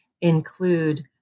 include